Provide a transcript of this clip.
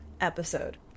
episode